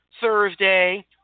Thursday